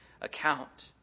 account